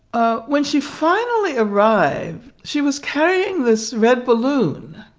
ah when she finally arrive, she was carrying this red balloon.